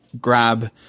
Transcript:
grab